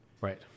Right